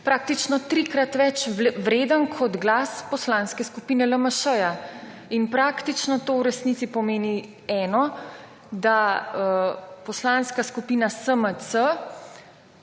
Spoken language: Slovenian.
praktično trikrat več vreden kot glas Poslanske skupine LMŠ-ja. In praktično to v resnici pomeni eno - da Poslanska skupina SMC